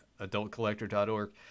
adultcollector.org